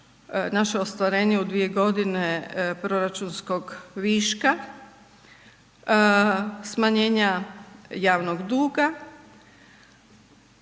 naše ostvarenje u dvije godine proračunskog viška, smanjenja javnog duga.